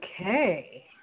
Okay